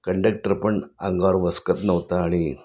conductor पण अंगावर वसकत नव्हता आणि